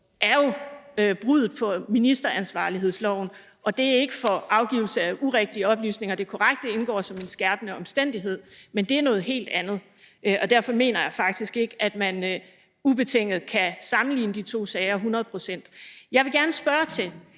er jo bruddet på ministeransvarlighedsloven, og det er ikke for afgivelse af urigtige oplysninger – det er korrekt, at det indgår som en skærpende omstændighed, men det er noget helt andet, og derfor mener jeg faktisk ikke, at man ubetinget kan sammenligne de to sager hundrede procent. Jeg vil gerne spørge,